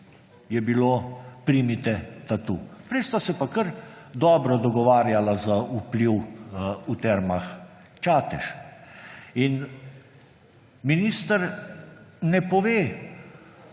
je bilo: primite tatu. Prej sta se pa kar dobro dogovarjala za vpliv v Termah Čatež. In minister ne pove,